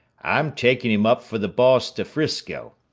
i'm takin' m up for the boss to frisco.